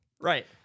Right